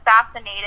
assassinated